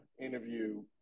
interview